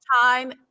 time